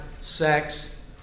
sex